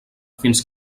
fins